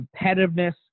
competitiveness